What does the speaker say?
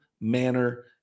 manner